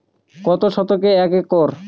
কত শতকে এক একর?